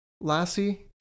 Lassie